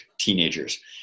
teenagers